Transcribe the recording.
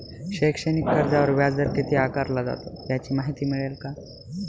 शैक्षणिक कर्जावर व्याजदर किती आकारला जातो? याची माहिती मिळेल का?